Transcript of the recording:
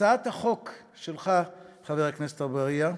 הצעת החוק שלך, חבר הכנסת אגבאריה,